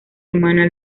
hermana